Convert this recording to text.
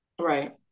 right